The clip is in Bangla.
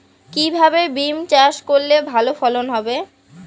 কিভাবে বিম চাষ করলে ভালো ফলন পাব?